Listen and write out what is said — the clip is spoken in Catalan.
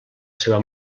seva